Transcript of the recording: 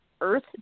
earth